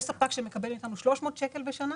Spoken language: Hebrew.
יש ספק שמקבל מאתנו 300 שקל בשנה,